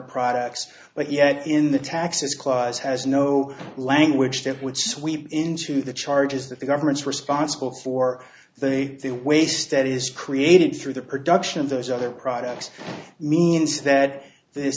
products but yet in the taxes clause has no language which sweep into the charges that the government's responsible for the the waste that is created through the production of those other products means that